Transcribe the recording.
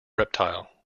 reptile